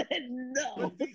No